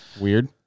weird